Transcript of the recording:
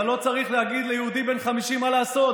אתה לא צריך להגיד ליהודי בן 50 מה לעשות,